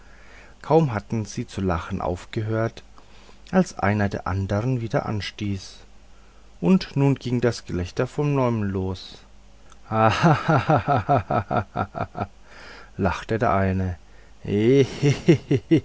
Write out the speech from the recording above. kaum hatten sie zu lachen aufgehört als einer den andern wieder anstieß und nun ging das gelächter von neuem los hahaha lachte der eine